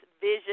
Vision